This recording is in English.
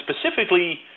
specifically